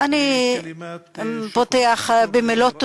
אני פותח במילות תודה: